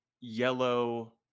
yellow